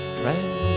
friend